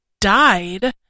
died